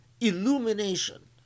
illumination